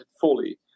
fully